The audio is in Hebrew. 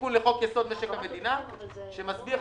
תיקון לחוק-יסוד: משק המדינה שמסדיר איך